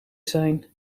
zijn